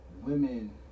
women